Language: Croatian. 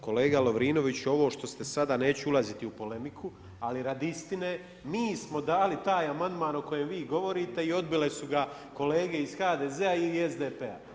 Kolega Lovrinoviću, ovo što ste sada, neću ulaziti u polemiku, ali radi istine, mi smo dali taj amandman o kojem vi govorite i odbile su ga kolege iz HDZ-a i SDP-a.